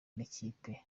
n’ikipe